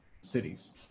cities